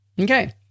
Okay